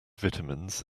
vitamins